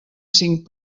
cinc